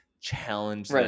challenge